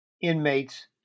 inmates